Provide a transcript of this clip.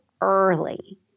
early